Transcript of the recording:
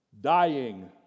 Dying